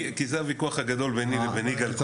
כי זה הוויכוח הגדול ביני לבין יגאל.